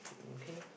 okay loh